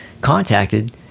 contacted